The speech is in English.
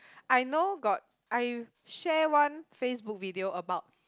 I know got I share one Facebook video about